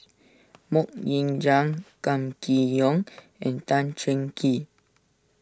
Mok Ying Jang Kam Kee Yong and Tan Cheng Kee